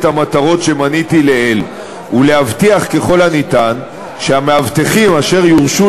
המטרות שמניתי לעיל ולהבטיח ככל הניתן שהמאבטחים אשר יורשו